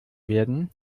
werden